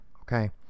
okay